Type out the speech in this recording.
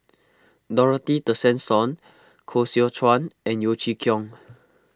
Dorothy Tessensohn Koh Seow Chuan and Yeo Chee Kiong